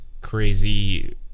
crazy